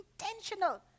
intentional